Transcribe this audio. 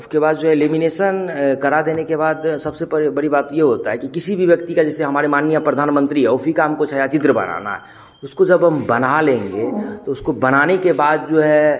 उसके बाद जो है लेमिनेसन करा देने के बाद सबसे पहले बड़ी बात यह होता है कि किसी भी व्यक्ति का जैसे हमारे माननीय प्रधानमन्त्री है उसी का हमको छायाचित्र बनाना है उसको जब हम बना लेंगे तो उसको बनाने के बाद जो है